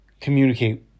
communicate